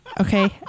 Okay